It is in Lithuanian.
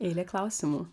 eilė klausimų